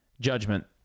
judgment